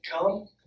come